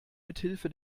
mithilfe